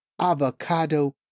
avocado